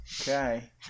Okay